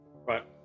Right